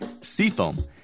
Seafoam